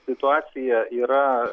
situacija yra